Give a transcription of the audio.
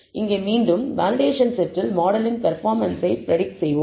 இங்கே மீண்டும் வேலிடேஷன் செட்டில் மாடலின் பெர்ப்பாமன்ஸ் ஐ நாம் பிரடிக்ட் செய்வோம்